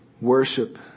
worship